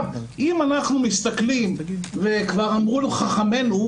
אם אנחנו מסתכלים וכבר אמרו חכמנו: